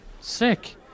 sick